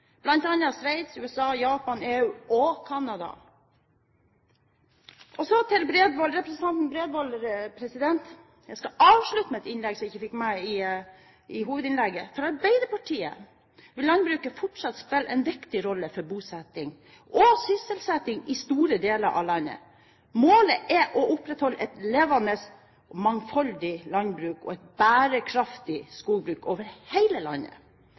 bl.a. Sveits, USA, Japan, EU og Canada. Så til representanten Bredvold. Jeg skal avslutte innlegget mitt med det jeg ikke fikk med i hovedinnlegget. For Arbeiderpartiet vil landbruket fortsatt spille en viktig rolle for bosetting og sysselsetting i store deler av landet. Målet er å opprettholde et levende og mangfoldig landbruk og et bærekraftig skogbruk over hele landet